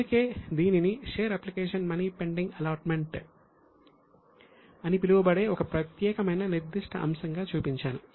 అందుకే దీనిని share application money pending allotment అని పిలువబడే ఒక ప్రత్యేకమైన నిర్దిష్ట అంశం గా చూపించాను